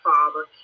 Father